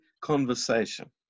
conversation